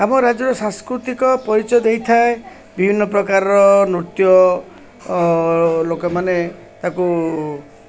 ଆମ ରାଜ୍ୟର ସାଂସ୍କୃତିକ ପରିଚୟ ଦେଇଥାଏ ବିଭିନ୍ନ ପ୍ରକାରର ନୃତ୍ୟ ଲୋକମାନେ ତାକୁ